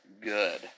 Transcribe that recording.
good